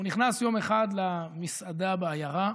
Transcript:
הוא נכנס יום אחד למסעדה בעיירה,